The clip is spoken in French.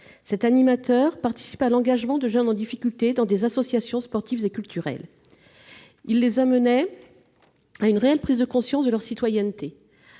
Celui-ci participait à l'engagement de jeunes en difficulté dans des associations sportives et culturelles ; il les amenait à une réelle prise de conscience de leur citoyenneté.